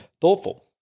thoughtful